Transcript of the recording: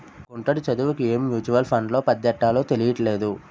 గుంటడి చదువుకి ఏ మ్యూచువల్ ఫండ్లో పద్దెట్టాలో తెలీట్లేదు